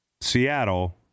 Seattle